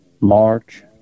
march